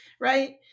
right